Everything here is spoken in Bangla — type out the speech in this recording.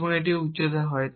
এবং এটি উচ্চতা হয়